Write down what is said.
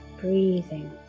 breathing